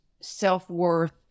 self-worth